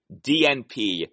DNP